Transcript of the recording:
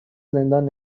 زندان